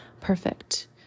perfect